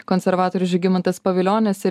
konservatorius žygimantas pavilionis ir